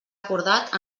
acordat